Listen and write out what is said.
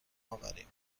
آوریم